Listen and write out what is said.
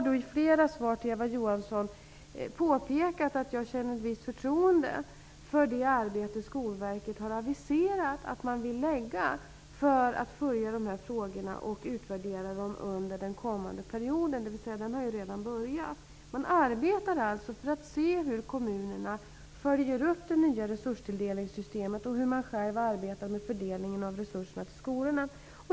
I flera svar till Eva Johansson har jag påpekat att jag känner ett visst förtroende för det arbete som Skolverket har aviserat att man vill lägga ned för att fullgöra de här frågorna och utvärdera dem under den kommande perioden, dvs. under den som redan har börjat. Man arbetade alltså för att se hur kommunerna följer upp det nya resurstilldelningssystemet och hur man själva arbetar med fördelning av resurserna till skolorna.